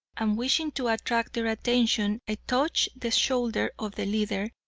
and wishing to attract their attention i touched the shoulder of the leader,